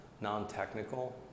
non-technical